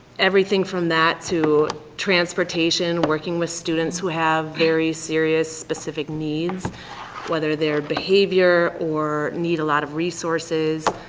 everything from that to transportation, working with students who have very serious, specific needs whether they're behavior or need a lot of resources,